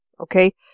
okay